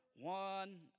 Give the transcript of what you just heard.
one